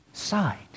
side